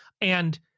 And-